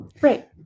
Right